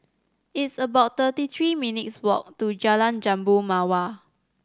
it's about thirty three minutes' walk to Jalan Jambu Mawar